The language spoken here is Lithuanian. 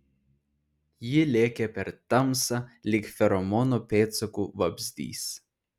ji lėkė per tamsą lyg feromono pėdsaku vabzdys